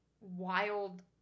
wild